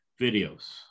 Videos